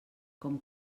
com